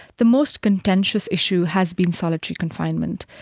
the most contentious issue has been solitary confinement.